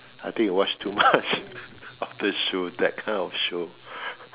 I think I watch too much doctor show that kind of show